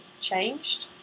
changed